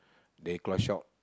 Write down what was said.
they close shop